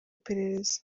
iperereza